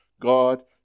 God